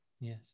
Yes